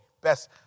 Best